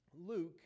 Luke